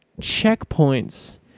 checkpoints